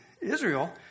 Israel